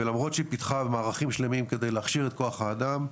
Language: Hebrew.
ולמרות שהיא פיתחה מערכים שלמים כדי להכשיר את כוח האדם,